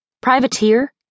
Privateer